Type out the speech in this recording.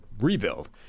rebuild